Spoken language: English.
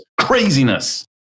craziness